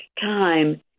time